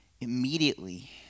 Immediately